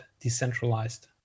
decentralized